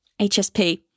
HSP